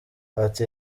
ati